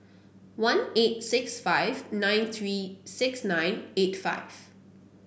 one eight six five nine three six nine eight five